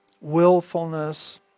willfulness